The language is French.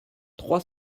trois